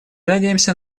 надеемся